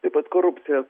taip pat korupcija